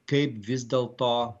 kaip vis dėl to